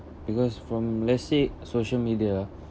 because from let's say social media